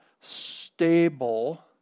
stable